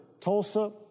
Tulsa